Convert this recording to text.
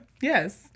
Yes